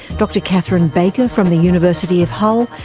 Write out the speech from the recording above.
dr catherine baker from the university of hull,